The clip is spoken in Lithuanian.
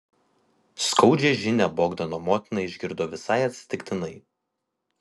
skaudžią žinią bogdano motina išgirdo visai atsitiktinai